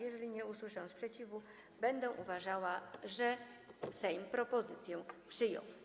Jeżeli nie usłyszę sprzeciwu, będę uważała, że Sejm propozycję przyjął.